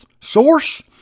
source